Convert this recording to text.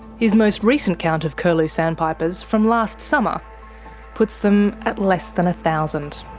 his most recent count of curlew sandpipers from last summer put them at less than a thousand.